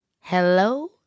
Hello